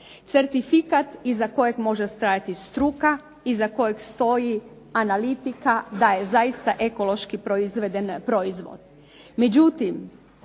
Certifikat iza kojeg može stajati struke, iza kojeg stoji analitika da je zaista ekološki proizveden